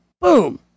boom